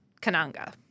Kananga